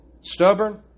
stubborn